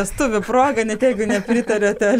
vestuvių proga net jeigu nepritariate